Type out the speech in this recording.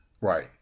Right